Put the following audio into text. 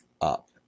up